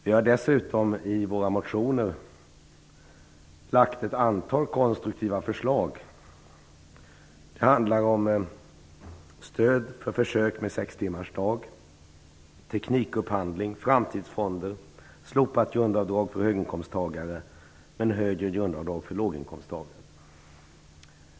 Vi har dessutom i våra motioner lagt fram ett antal konstruktiva förslag. Det handlar om stöd för försök med sextimmarsdag, teknikupphandling, framtidsfonder, slopat grundavdrag för höginkomsttagare men högre grundavdrag för låginkomsttagare.